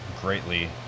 greatly